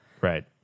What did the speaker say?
Right